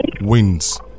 wins